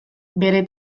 bere